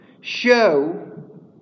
show